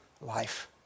life